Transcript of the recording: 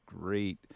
great